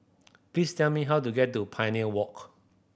please tell me how to get to Pioneer Walk